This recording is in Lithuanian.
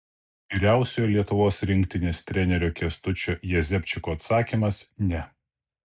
vyriausiojo lietuvos rinktinės trenerio kęstučio jezepčiko atsakymas ne